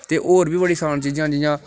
ते होर बड़ी असान चीजां न जि'यां